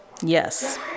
Yes